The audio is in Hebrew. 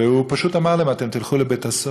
והוא פשוט אמר להם: אתם תלכו לבית-הסוהר.